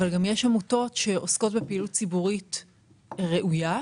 אבל יש עמותות שעוסקות בפעילות ציבורית ראויה,